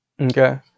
Okay